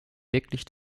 wirklich